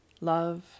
love